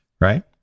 right